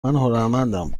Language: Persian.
هنرمندم